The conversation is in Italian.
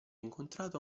incontrato